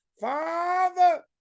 father